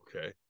Okay